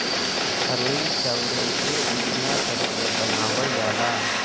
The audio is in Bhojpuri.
फरुई चाउरे के उसिना करके बनावल जाला